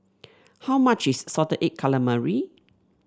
how much is Salted Egg Calamari